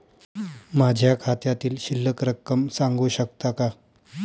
माझ्या खात्यातील शिल्लक रक्कम सांगू शकता का?